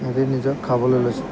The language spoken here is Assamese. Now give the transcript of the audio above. সিহঁতে খাবলৈ লৈছে